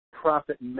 profit